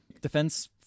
defense